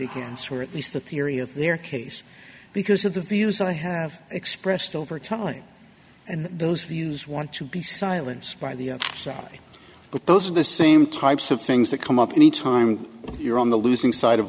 against or at least the theory of their case because of the views i have expressed over time and those views want to be silenced by the south but those are the same types of things that come up any time you're on the losing si